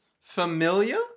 familiar